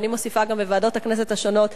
ואני מוסיפה גם בוועדות הכנסת השונות,